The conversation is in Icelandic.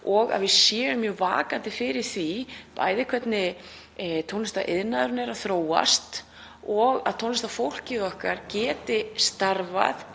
og að við séum mjög vakandi fyrir því bæði hvernig tónlistariðnaðurinn er að þróast og að tónlistarfólkið okkar geti starfað